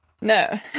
No